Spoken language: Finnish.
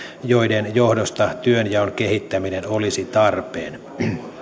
joiden johdosta työnjaon kehittäminen olisi tarpeen